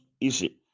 easy